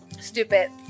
stupid